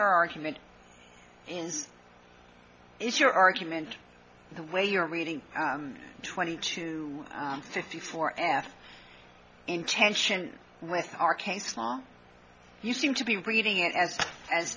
argument and it's your argument the way you're reading twenty to fifty four and intention with our case law you seem to be reading it as as